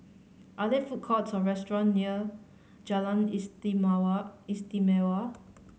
are there food courts or restaurant near Jalan Istimewa